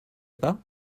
pas